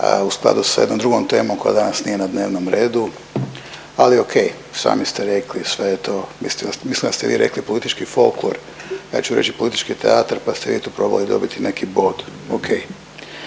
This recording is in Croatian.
u skladu sa jednom drugom temom koja danas nije na dnevnom redu, ali ok. Sami ste rekli sve je to, mislim da ste vi rekli politički folklor, ja ću reći politički teatar pa ste vi tu probali dobiti neki bod.